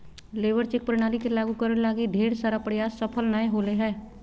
labour check प्रणाली के लागु करे लगी ढेर सारा प्रयास सफल नय होले हें